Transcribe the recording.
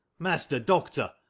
master doctor,